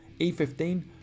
E15